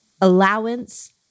allowance